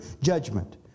judgment